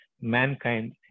mankind